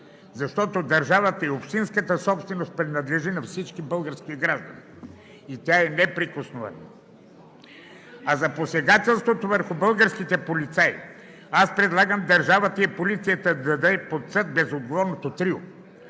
защото държавата и общинската собственост принадлежи на всички български граждани и тя е неприкосновена. А за посегателството върху българските полицаи предлагам държавата и полицията да даде под съд безотговорното трио.